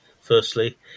firstly